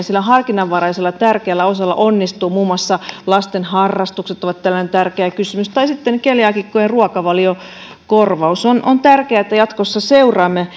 sillä harkinnanvaraisella tärkeällä osalla onnistuu muun muassa lasten harrastukset ovat tällainen tärkeä kysymys ja sitten keliaakikkojen ruokavaliokorvaus on on tärkeää että jatkossa seuraamme